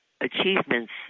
achievements